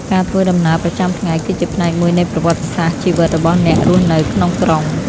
ការធ្វើដំណើរប្រចាំថ្ងៃគឺជាផ្នែកមួយនៃប្រវត្តិសាស្ត្រជីវិតរបស់អ្នករស់នៅក្នុងក្រុង។